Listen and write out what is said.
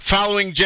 Following